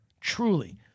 Truly